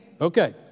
Okay